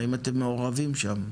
האם אתם מעורבים שם?